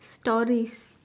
stories